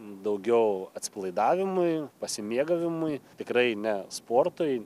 daugiau atsipalaidavimui pasimėgavimui tikrai ne sportui